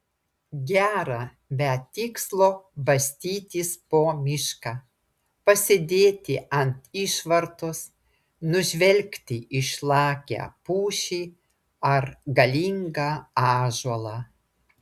gera be tikslo bastytis po mišką pasėdėti ant išvartos nužvelgti išlakią pušį ar galingą ąžuolą